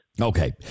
Okay